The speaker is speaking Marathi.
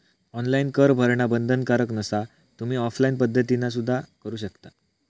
ऑनलाइन कर भरणा बंधनकारक नसा, तुम्ही ऑफलाइन पद्धतीना सुद्धा करू शकता